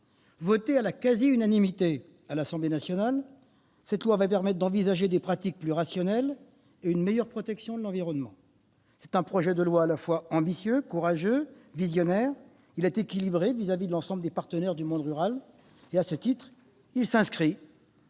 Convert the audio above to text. Voté à la quasi-unanimité à l'Assemblée nationale, le présent projet de loi va permettre d'envisager des pratiques plus rationnelles et une meilleure protection de l'environnement. C'est un projet de loi à la fois ambitieux, courageux et visionnaire ; il est équilibré à l'égard de l'ensemble des partenaires du monde rural. Il s'inscrit